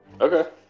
Okay